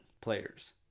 players